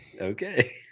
Okay